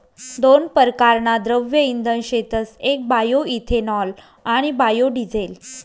दोन परकारना द्रव्य इंधन शेतस येक बायोइथेनॉल आणि बायोडिझेल